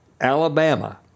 Alabama